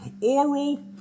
Oral